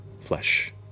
flesh